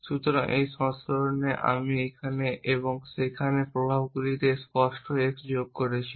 সুতরাং এই সংস্করণে আমি এখানে এবং সেখানে প্রভাবগুলিতে স্পষ্ট x যোগ করেছি